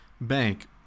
bank